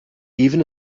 even